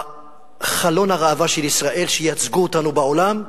בחלון הראווה של ישראל, שייצגו אותנו בעולם,